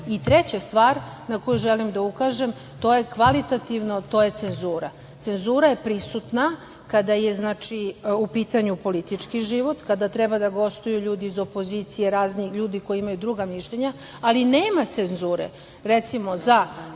. Treća stvar na koju želim da ukažem to je cenzura, ona je prisutna kada je u pitanju politički život, kada treba da gostuju ljudi iz opozicije, razni ljudi koji imaju druga mišljenja, ali nema cenzure, recimo za